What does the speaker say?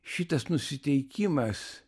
šitas nusiteikimas